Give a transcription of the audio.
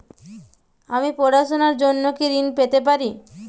আমি পড়াশুনার জন্য কি ঋন পেতে পারি?